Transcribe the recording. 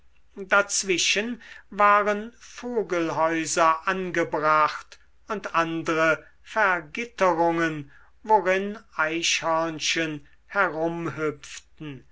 dazwischen waren vogelhäuser angebracht und andre vergitterungen worin eichhörnchen